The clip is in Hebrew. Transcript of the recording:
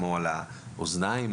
כמו למשל על אוזניים,